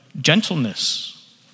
gentleness